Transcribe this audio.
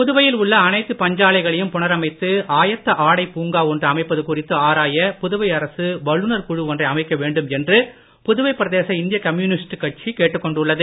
புதுவையில் உள்ள அனைத்து பஞ்சாலைகளையும் புணரமைத்து ஆயத்த ஆடை பூங்கா ஒன்று அமைப்பது குறித்து ஆராய புதுவை அரசு வல்லுநர் குழு ஒன்றை அமைக்க வேண்டும் என்று புதுவை பிரதேச இந்திய கம்யுனிஸ்ட் கட்சி கேட்டுக்கொண்டுள்ளது